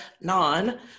non